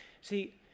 See